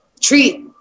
treat